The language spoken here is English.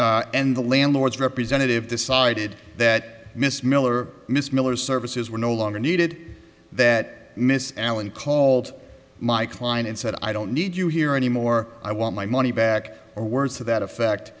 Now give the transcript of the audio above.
allen and the landlord's representative decided that miss miller miss miller's services were no longer needed that miss allen called my kline and said i don't need you here anymore i want my money back or words to that effect